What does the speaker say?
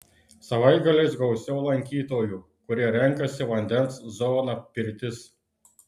savaitgaliais gausiau lankytojų kurie renkasi vandens zoną pirtis